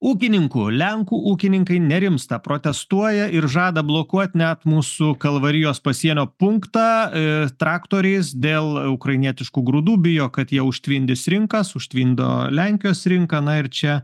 ūkininkų lenkų ūkininkai nerimsta protestuoja ir žada blokuot net mūsų kalvarijos pasienio punktą traktoriais dėl ukrainietiškų grūdų bijo kad jie užtvindys rinkas užtvindo lenkijos rinką na ir čia